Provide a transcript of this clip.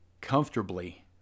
comfortably